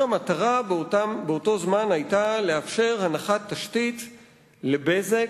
המטרה באותו הזמן היתה לאפשר הנחת תשתית ל"בזק",